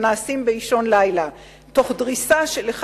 הנעשים באישון לילה תוך דריסה של אחד